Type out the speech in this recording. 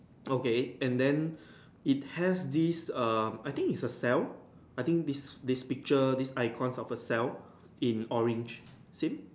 okay and then it has this err I think is a cell I think this this picture this icons of a cell in orange same